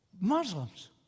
Muslims